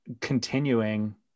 continuing